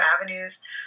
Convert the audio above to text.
avenues